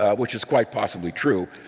which is quite possibly true.